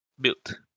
build